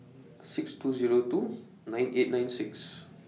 six two Zero two nine eight nine six